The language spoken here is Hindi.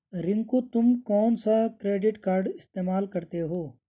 रिंकू तुम कौन सा क्रेडिट कार्ड इस्तमाल करते हो?